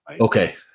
Okay